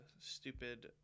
stupid